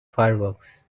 fireworks